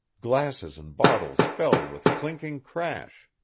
glasses and bottles fell with clinking crash.